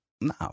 nah